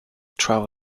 travel